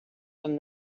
from